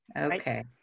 Okay